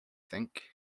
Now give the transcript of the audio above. think